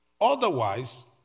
Otherwise